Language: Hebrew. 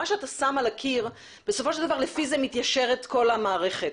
מה שאתה שם על הקיר בסוף לפי זה מתיישרת כל המערכת.